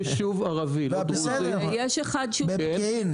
--- היה בפקיעין.